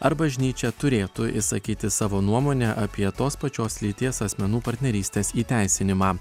ar bažnyčia turėtų išsakyti savo nuomonę apie tos pačios lyties asmenų partnerystės įteisinimą